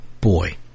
Boy